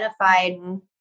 identified